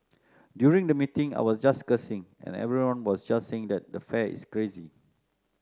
during the meeting I was just cursing and everyone was just saying that the fare is crazy